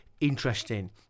interesting